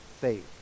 faith